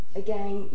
again